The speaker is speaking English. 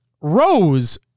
Rose